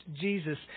Jesus